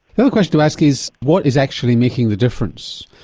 so question to ask is what is actually making the difference?